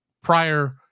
prior